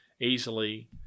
easily